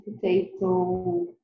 potato